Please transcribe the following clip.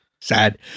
sad